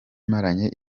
maranye